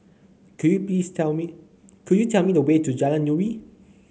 could you piece tell me could you tell me the way to Jalan Nuri